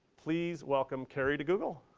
please welcome kari to google.